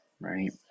right